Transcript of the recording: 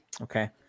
okay